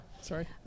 sorry